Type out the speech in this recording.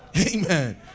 Amen